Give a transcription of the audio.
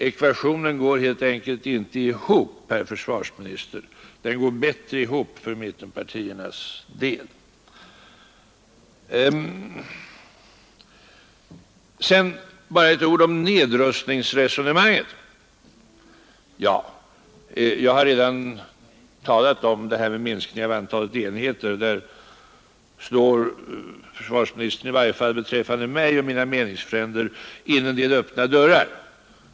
Ekvationen går helt enkelt inte ihop, herr försvarsminister. Den går bättre ihop för mittenpartiernas del. Sedan bara ett par ord om nedrustningsresonemanget. Jag har redan talat om det här med minskning av antalet enheter. Där slår försvarsministern, i varje fall såvitt avser mig och mina meningsfränder, in en del öppna dörrar.